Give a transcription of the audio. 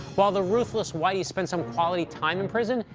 while the ruthless whitey spent some quality time in prison,